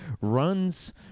runs